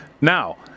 now